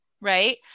Right